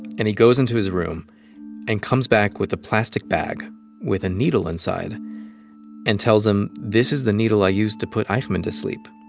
and he goes into his room and comes back with a plastic bag with a needle inside and tells him, this is the needle i used to put eichmann to sleep.